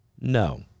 No